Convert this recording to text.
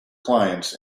clients